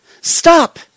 Stop